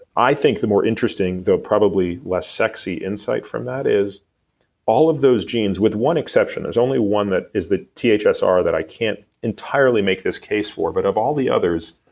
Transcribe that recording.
i think the more interesting though probably less sexy insight form that is all of those genes with one exception there's only one that is the thsr that i can't entirely make this case for, but of all the others,